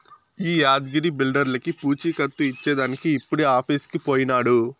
ఈ యాద్గగిరి బిల్డర్లకీ పూచీకత్తు ఇచ్చేదానికి ఇప్పుడే ఆఫీసుకు పోయినాడు